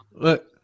Look